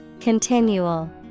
Continual